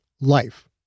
life